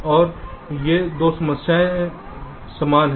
तो ये 2 समस्याएं समान हैं